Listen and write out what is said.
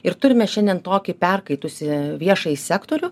ir turime šiandien tokį perkaitusį viešąjį sektorių